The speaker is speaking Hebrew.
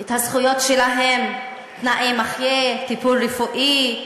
את הזכויות שלהם, תנאי מחיה, טיפול רפואי,